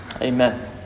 Amen